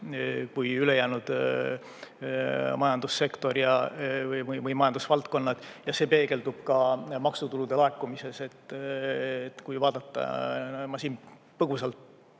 kui ülejäänud majandussektor või majandusvaldkonnad ja see peegeldub ka maksutulude laekumises. Ma siin põgusalt